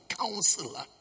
counselor